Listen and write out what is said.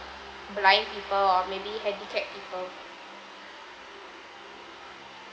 blind people or maybe handicap people